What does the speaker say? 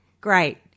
Great